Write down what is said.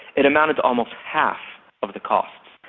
it amounted to almost half of the costs,